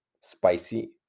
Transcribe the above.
spicy